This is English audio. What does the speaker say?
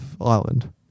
Island